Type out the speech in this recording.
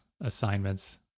assignments